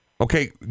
Okay